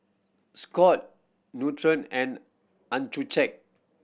Scott Nutren and Accucheck